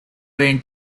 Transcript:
been